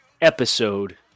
episode